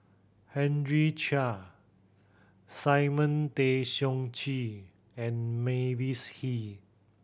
Henry Chia Simon Tay Seong Chee and Mavis Hee